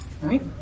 Right